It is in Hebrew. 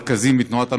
דברי הכנסת חוברת ד'